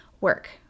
work